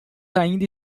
ainda